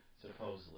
Supposedly